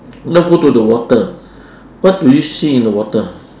now go to the water what do you see in the water